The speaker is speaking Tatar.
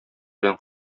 белән